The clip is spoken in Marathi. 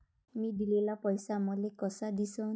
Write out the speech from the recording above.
मी दिलेला पैसा मले कसा दिसन?